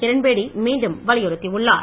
கிரண்பேடி மீண்டும் வலியுறுத்தியுள்ளார்